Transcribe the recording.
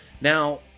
Now